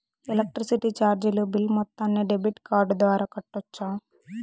Electricity చార్జీలు bill మొత్తాన్ని debit card ద్వారా కట్టొచ్చా?